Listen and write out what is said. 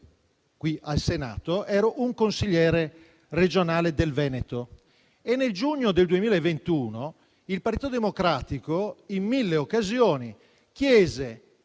al Senato, ero un consigliere regionale del Veneto e nel giugno 2021 il Partito Democratico, in mille occasioni, chiese